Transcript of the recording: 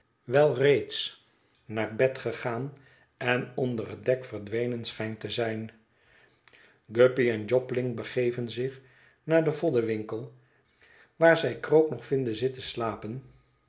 wel reeds naar bed gegaan en onder het dek verdwenen schijnt te zijn guppy en jobling begeven zich naar den voddenwinkel waar zij krook nog vinden zitten slaeen